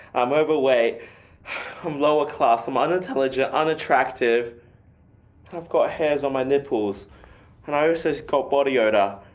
i'm overweight, i'm lower class, i'm unintelligent, unattractive i've got hairs on my nipples and i also got body odor.